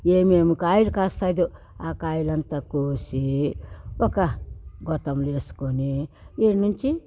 ఏమేమి కాయలు కాస్తుందో ఆ కాయలంతా కోసి ఒక గోతంలో వేసుకొని ఇక్కడ నుంచి